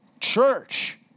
church